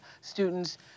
students